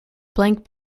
blank